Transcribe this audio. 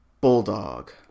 Bulldog